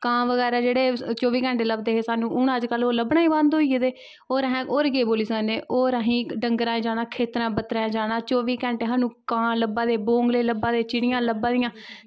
कां बगैरा जेह्ड़े चौह्बी घैेंटे लभदे हे स्हानू ओह् लब्भनां गै बंद होई गेदे होर अस केह् बोल्ली सकनें होर असैं डंगरैं नै जाना खेतरें पत्तरें जाना चौहबी घैंटे स्हानू कां लब्भा दे चिड़ियां लब्भा दियां बगले लब्भा दे